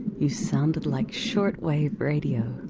you sounded like shortwave radio.